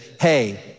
hey